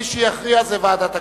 מי שיכריע זו ועדת הכנסת.